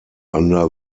under